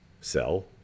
sell